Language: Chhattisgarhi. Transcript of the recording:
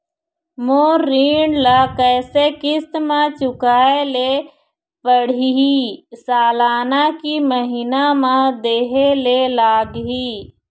मोर ऋण ला कैसे किस्त म चुकाए ले पढ़िही, सालाना की महीना मा देहे ले लागही?